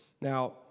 Now